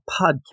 Podcast